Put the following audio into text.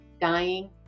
dying